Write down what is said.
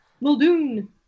Muldoon